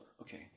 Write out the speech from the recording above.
Okay